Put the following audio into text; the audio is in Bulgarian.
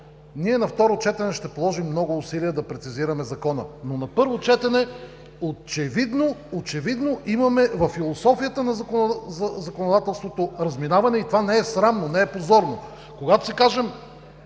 – на второ четене ние ще положим много усилия да прецезираме Закона, но на първо четене очевидно имаме във философията на законодателството разминаване и това не е срамно, не е позорно.